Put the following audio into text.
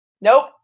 Nope